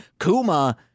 Kuma